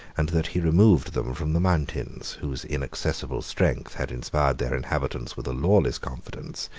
and that he removed them from the mountains, whose inaccessible strength had inspired their inhabitants with a lawless confidence,